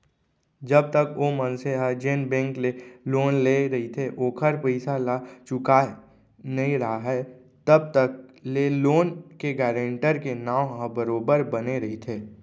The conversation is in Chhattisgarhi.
जब तक ओ मनसे ह जेन बेंक ले लोन लेय रहिथे ओखर पइसा ल चुकाय नइ राहय तब तक ले लोन के गारेंटर के नांव ह बरोबर बने रहिथे